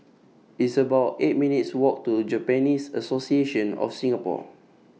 It's about eight minutes' Walk to Japanese Association of Singapore